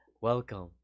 Welcome